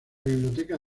biblioteca